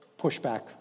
pushback